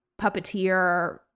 puppeteer